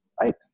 Right